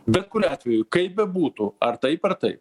bet kuriuo atveju kaip bebūtų ar taip ar taip